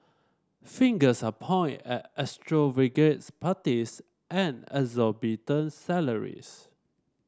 fingers are point at extravagant parties and exorbitant salaries